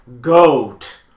goat